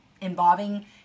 involving